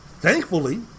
thankfully